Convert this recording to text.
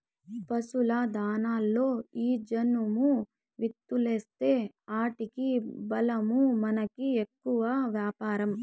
పశుల దాణాలలో ఈ జనుము విత్తూలేస్తీ ఆటికి బలమూ మనకి ఎక్కువ వ్యాపారం